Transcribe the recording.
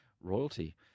Royalty